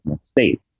state